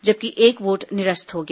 जबकि एक वोट निरस्त हो गया